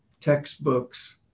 textbooks